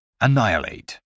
Annihilate